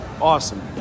Awesome